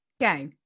go